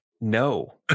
No